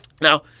Now